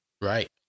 Right